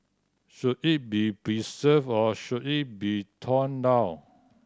should it be preserved or should it be torn down